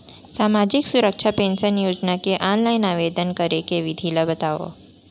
सामाजिक सुरक्षा पेंशन योजना के ऑनलाइन आवेदन करे के विधि ला बतावव